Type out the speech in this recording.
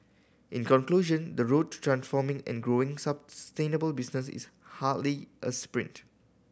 in conclusion the road to transforming and growing business is hardly a sprint